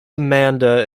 amanda